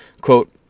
Quote